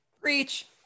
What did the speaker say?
Preach